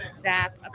zap